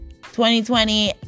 2020